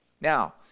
Now